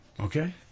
Okay